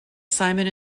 simon